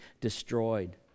destroyed